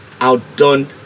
outdone